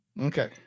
Okay